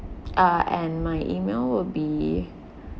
uh and my email will be